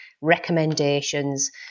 recommendations